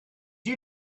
you